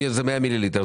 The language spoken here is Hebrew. אם זה 100 מיליליטר,